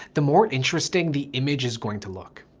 the more interesting the image is going to look.